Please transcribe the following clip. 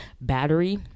battery